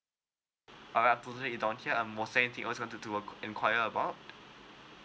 alright I put it down here anything wants to to inquire about